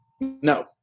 no